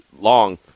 long